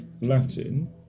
Latin